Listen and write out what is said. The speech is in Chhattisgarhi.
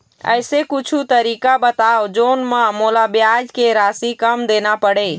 ऐसे कुछू तरीका बताव जोन म मोला ब्याज के राशि कम देना पड़े?